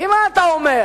כי מה אתה אומר?